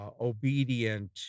obedient